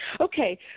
Okay